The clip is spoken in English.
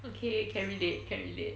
okay can relate can relate